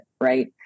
right